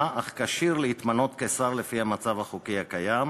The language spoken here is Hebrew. אך כשיר להתמנות לשר לפי המצב החוקי כיום,